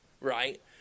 Right